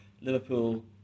Liverpool